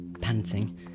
panting